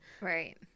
Right